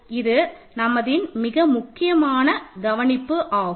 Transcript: இது நமதின் மிக முக்கியமான கவனிப்பு ஆகும்